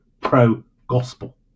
pro-gospel